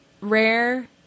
rare